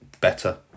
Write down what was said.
better